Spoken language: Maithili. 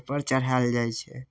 पर चढ़ायल जाइ छै